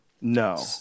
No